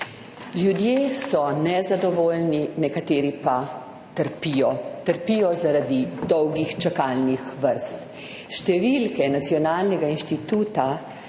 Ljudje so nezadovoljni, nekateri pa trpijo. Trpijo zaradi dolgih čakalnih vrst. Številke Nacionalnega inštituta